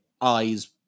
eyes